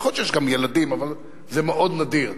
נכון שיש גם ילדים, אבל זה מאוד נדיר.